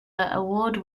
award